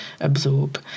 absorb